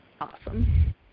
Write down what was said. Awesome